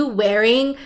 wearing